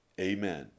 Amen